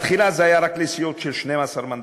בתחילה זה היה רק לסיעות של 12 מנדטים,